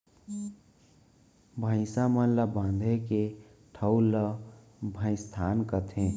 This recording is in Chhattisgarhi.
भईंसा मन ल बांधे के ठउर ल भइंसथान कथें